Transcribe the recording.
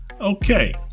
Okay